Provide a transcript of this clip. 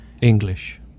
English